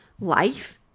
life